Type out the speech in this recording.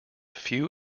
few